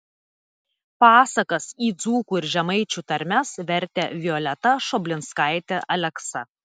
pasakas į dzūkų ir žemaičių tarmes vertė violeta šoblinskaitė aleksa